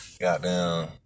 Goddamn